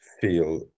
feel